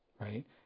Right